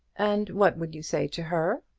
and what would you say to her?